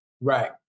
Right